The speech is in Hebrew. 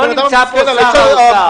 לא נמצא פה סגן שר האוצר.